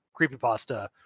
creepypasta